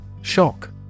Shock